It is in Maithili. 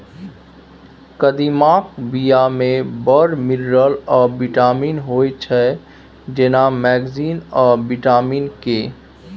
कदीमाक बीया मे बड़ मिनरल आ बिटामिन होइ छै जेना मैगनीज आ बिटामिन के